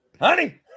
Honey